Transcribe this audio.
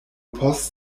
post